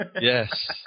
Yes